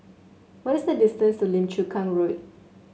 what is the distance to Lim Chu Kang Road